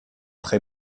très